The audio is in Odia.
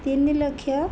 ତିନି ଲକ୍ଷ